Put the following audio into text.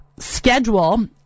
schedule